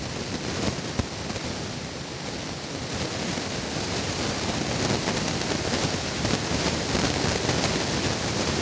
सतत कृषि लगी मिट्टी, पानी जैसे प्राकृतिक संसाधन के गुणवत्ता, उपलब्धता पर निर्भर करो हइ